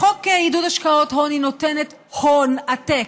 בחוק עידוד השקעות הון היא נותנת הון עתק,